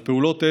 על פעולות אלה,